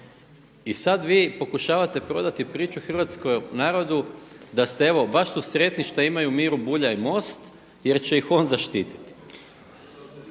I sada vi pokušavate prodati priču hrvatskom narodu da ste evo baš su sretni što imaju Miru Bulja i MOST jer će ih on štititi,